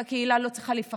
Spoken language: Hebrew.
אותה קהילה לא צריכה לפחד.